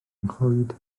nghlwyd